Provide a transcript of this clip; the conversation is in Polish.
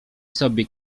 sobie